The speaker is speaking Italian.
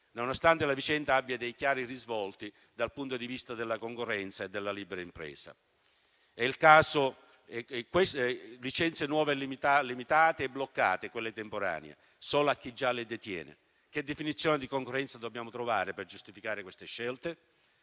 nonostante la vicenda abbia chiari risvolti dal punto di vista della concorrenza e della libera impresa. Le licenze nuove, infatti, sono limitate e quelle temporanee sono bloccate solo a chi già le detiene. Che definizione di concorrenza dobbiamo trovare per giustificare queste scelte?